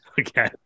okay